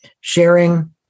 sharing